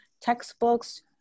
textbooks